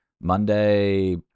monday